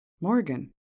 Morgan